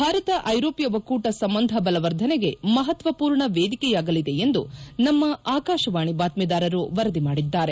ಭಾರತ ಐರೋಪ್ನ ಒಕ್ಕೂಟ ಸಂಬಂಧ ಬಲವರ್ಧನೆಗೆ ಮಹತ್ತಪೂರ್ಣ ವೇದಿಕೆಯಾಗಲಿದೆ ಎಂದು ನಮ್ನ ಆಕಾಶವಾಣಿ ಬಾತ್ತೀದಾರರು ವರದಿ ಮಾಡಿದ್ದಾರೆ